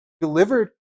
delivered